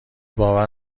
باور